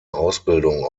ausbildung